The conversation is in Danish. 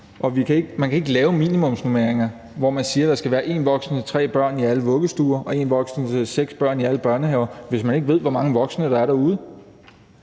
man kan ikke lave minimumsnormeringer, hvor man siger, at der skal være én voksen til tre børn i alle vuggestuer og én voksen til seks børn i alle børnehaver, hvis man ikke ved, hvor mange voksne der er derude.